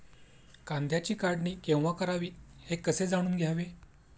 कांद्याची काढणी केव्हा करावी हे कसे जाणून घ्यावे?